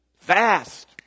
Fast